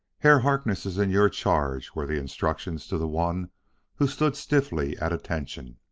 herr harkness is in your charge, were the instructions to the one who stood stiffly at attention.